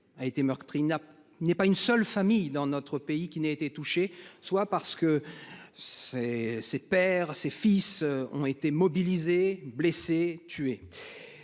a été meurtri n'a, n'est pas une seule famille dans notre pays qui n'a été touché, soit parce que ces ces perd ses fils ont été mobilisés, blessés, tués.